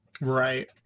right